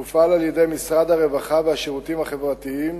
המופעל על-ידי משרד הרווחה והשירותים החברתיים,